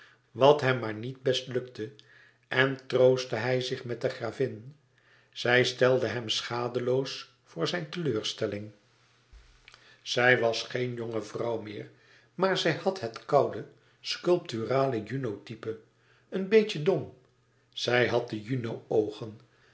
wat hem maar niet te best gelukte en troostte hij zich met de gravin zij stelde hem schadeloos voor zijne teleurstelling zij was geen jonge vrouw meer maar zij had het koude sculpturale juno type een beetje dom zij had de juno oogen